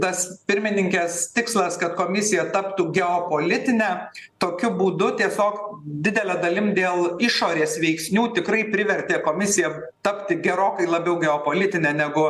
tas pirmininkės tikslas kad komisija taptų geopolitine tokiu būdu tiesiog didele dalim dėl išorės veiksnių tikrai privertė komisiją tapti gerokai labiau geopolitine negu